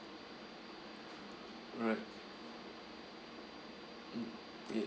alright mm